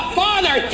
father